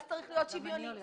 מס צריך להיות שוויוני.